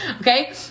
Okay